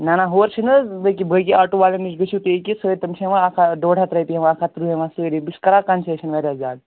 نہ نہ ہورٕ چھِنہٕ حٲز بٲقٕے بٲقٕے آٹو والٮ۪ن نِش گَژھِو تُہۍ ہیٚکو تِم چھِ ہیٚوان اَکھ ہتھ ڑۄڑ ہَتھ رۄپیہِ ہیٚوان اَکھ ہَتھ ترٕٛہ ہیٚوان سٲری بہٕ چھُس کَران کَنسیشن واریاہ زیادٕ